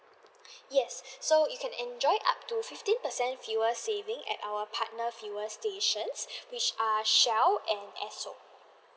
yes so you can enjoy up to fifteen percent fuel saving at our partner fuel stations which are shell and esso